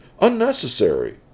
unnecessary